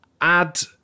add